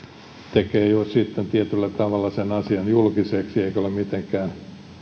tekee jo sitten tietyllä tavalla sen asian julkiseksi eikä ole mitenkään